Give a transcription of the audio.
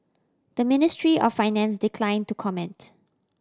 the Ministry of Finance declined to comment